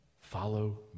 follow